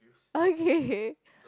okay